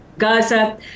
Gaza